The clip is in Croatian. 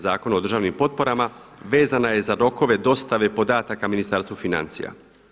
Zakona o državnim potporama vezana je za rokove dostave podataka Ministarstvu financija.